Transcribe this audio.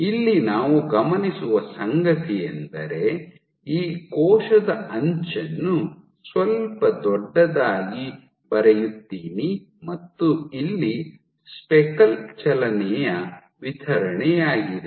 ಇಲ್ಲಿ ನಾವು ಗಮನಿಸುವ ಸಂಗತಿಯೆಂದರೆ ಈ ಕೋಶದ ಅಂಚನ್ನು ಸ್ವಲ್ಪ ದೊಡ್ಡದಾಗಿ ಬರೆಯುತ್ತೀನಿ ಮತ್ತು ಇಲ್ಲಿ ಸ್ಪೆಕಲ್ ಚಲನೆಯ ವಿತರಣೆಯಾಗಿದೆ